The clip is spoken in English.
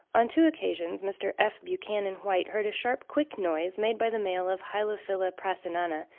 on two occasions mr. f. buchanan white heard a sharp quick noise made by the male of hylophila prasinana,